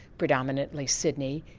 predominantly sydney,